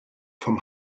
vom